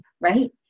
right